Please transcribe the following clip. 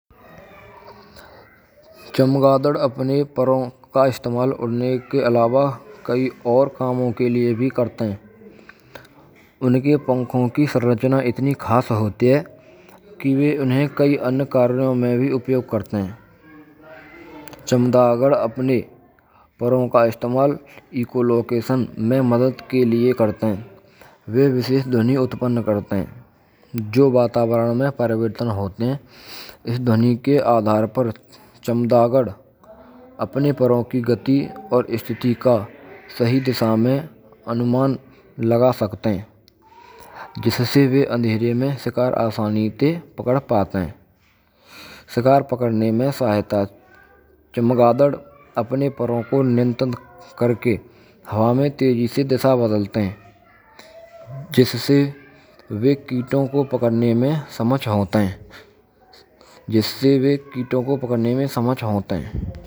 Chamagaadad apane paaro ka istamaal udaane ke alaava kaee aur kamon ke lie bhee karat hain. Unake pankhon kee saranchna itane khaas hotee hai. Ki vaah unako kaee any kaaryon mein bhee upuog karte hain. Chamkadad apane paro ka istamaal eco lokeshan mein madad ke lie karate hain. Ve vishesh dhvani utpann karate hain. Jo vatavaran mein parivartan hoat hain. Is dhvani ke aadhaar par chaamada gadh apane parv kee gati aur sthiti ka sahee disha mein anuman laga sakate hain. Jisse ve andhairai maiin shikar asani sai pakad paatai hain. Shikar pakdanai maiin sahayata. Chamagaadad apnai paro ko naiwnatam karkai hawa maiin tejee se disha badalate hain. Jissai va keeto ko pakdanai maiin samjaot hay.